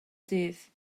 dydd